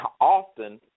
Often